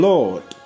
Lord